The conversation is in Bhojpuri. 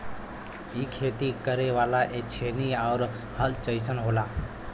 इ खेती करे वाला छेनी आउर हल जइसन होला